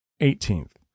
Eighteenth